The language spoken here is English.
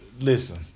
Listen